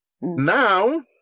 Now